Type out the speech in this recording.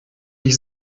ich